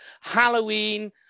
Halloween